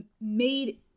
made